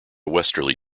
westerly